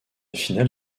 finale